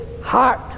heart